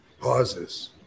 pauses